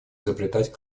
изобретать